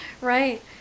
Right